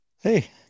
Hey